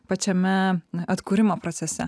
pačiame atkūrimo procese